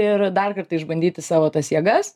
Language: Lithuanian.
ir dar kartą išbandyti savo tas jėgas